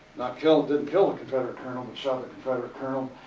not killed, didn't kill the confederate colonel, but shot a confederate colonel.